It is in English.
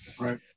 Right